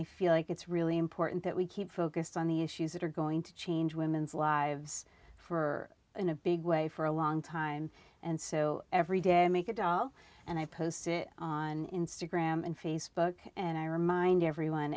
i feel like it's really important that we keep focused on the issues that are going to change women's lives for in a big way for a long time and so every day i make a doll and i post it on instagram and facebook and i remind everyone